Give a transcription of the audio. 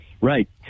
Right